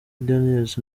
daniels